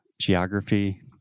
geography